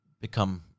become